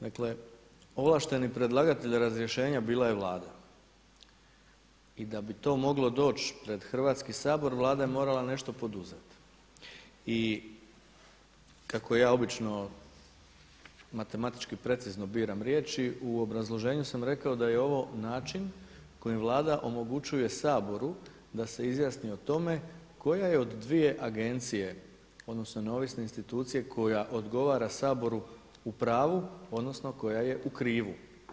Dakle, ovlašteni predlagatelj razrješenja bila je Vlada i da bi to moglo doći pred Hrvatski sabor, Vlada je morala nešto poduzeti i kako ja obično matematički precizno biram riječi u obrazloženju sam rekao da je ovo način kojim Vlada omogućuje Saboru da se izjasni o tome koja je od dvije agencije odnosno neovisne institucije koja odgovara Saboru u pravu odnosno koja je u krivu.